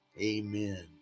Amen